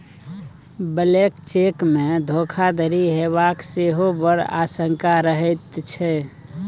blank चेकमे धोखाधड़ी हेबाक सेहो बड़ आशंका रहैत छै